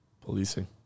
Policing